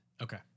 Okay